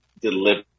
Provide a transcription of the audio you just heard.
deliver